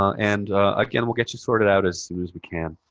and again, we'll get you sorted out as soon as we can.